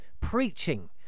preaching